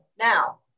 Now